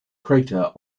crater